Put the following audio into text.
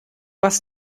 was